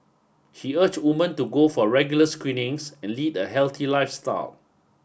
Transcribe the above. she urged women to go for regular screenings and lead a healthy lifestyle